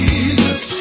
Jesus